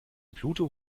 pluto